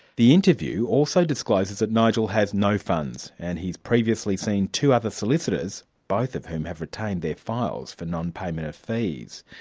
the interview also discloses that nigel has no funds and he's previously seen two other solicitors, both of whom have retained their files for non-payment of fees.